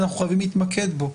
אנחנו חייבים להתמקד בו.